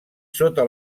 sota